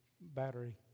battery